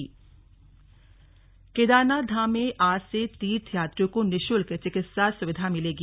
राज्यपाल केदारनाथ केदारनाथ धाम में आज से तीर्थ यात्रियों को निशुल्क चिकित्सा सुविधा मिलेंगी